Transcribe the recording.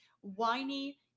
whiny